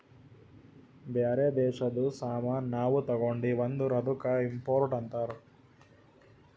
ಬ್ಯಾರೆ ದೇಶದು ಸಾಮಾನ್ ನಾವು ತಗೊಂಡಿವ್ ಅಂದುರ್ ಅದ್ದುಕ ಇಂಪೋರ್ಟ್ ಅಂತಾರ್